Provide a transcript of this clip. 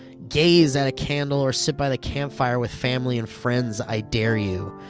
gaze at a candle, or sit by the campfire with family and friends, i dare you.